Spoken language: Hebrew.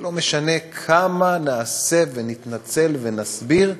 זה לא משנה כמה נעשה, נתנצל ונסביר,